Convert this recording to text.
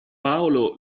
paolo